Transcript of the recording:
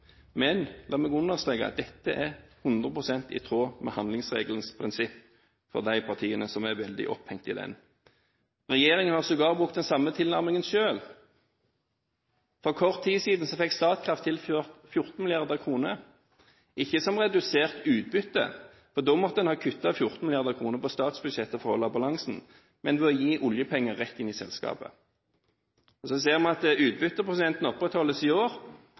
Men la meg understreke at dette er 100 pst. i tråd med handlingsregelens prinsipp, for de partiene som er veldig opphengt i den. Regjeringen har sågar brukt den samme tilnærmingen selv. For kort tid siden fikk Statkraft tilført 14 mrd. kr – ikke som redusert utbytte, for da måtte en ha kuttet 14 mrd. kr på statsbudsjettet for å holde balansen, men ved å gi oljepenger rett inn i selskapet. Så ser vi at utbytteprosenten opprettholdes i år,